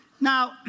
Now